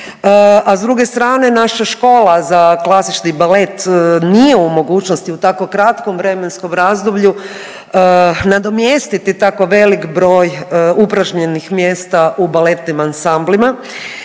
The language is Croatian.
a s druge strane naša Škola za klasični balet nije u mogućnosti u tako kratkom vremenskom razdoblju nadomjestiti tako velik broj upražnjenih mjesta u baletnim ansamblima